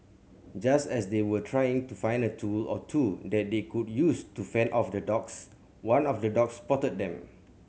just as they were trying to find a tool or two that they could use to fend off the dogs one of the dogs spotted them